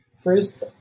first